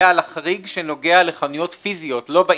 ועל החריג שנוגע לחנויות פיזיות, לא באינטרנט,